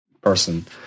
person